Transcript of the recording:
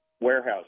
warehouse